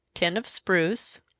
ten of spruce,